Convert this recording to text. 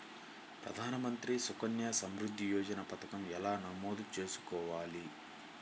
ప్రధాన మంత్రి సుకన్య సంవృద్ధి యోజన పథకం ఎలా నమోదు చేసుకోవాలీ?